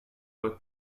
were